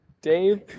Dave